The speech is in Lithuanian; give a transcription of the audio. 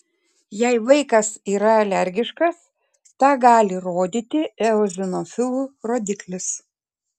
jei vaikas yra alergiškas tą gali rodyti eozinofilų rodiklis